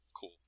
Cool